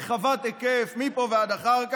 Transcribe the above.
רחבת היקף מפה ועד אחר כך?